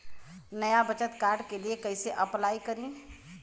नया बचत कार्ड के लिए कइसे अपलाई करी?